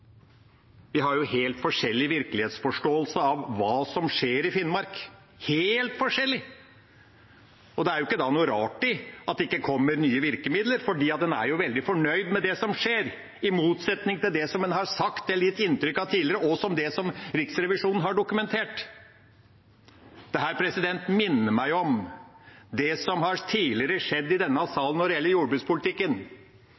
Vi har helt forskjellig virkelighetsforståelse av hva som skjer i Finnmark – helt forskjellig! Det er ikke da noe rart i at det ikke kommer nye virkemidler, for en er jo veldig fornøyd med det som skjer, i motsetning til det en har sagt eller gitt inntrykk av tidligere, og som Riksrevisjonen har dokumentert. Dette minner meg om det som tidligere har skjedd i denne